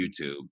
youtube